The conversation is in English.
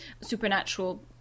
supernatural